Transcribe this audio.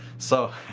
so.